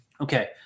Okay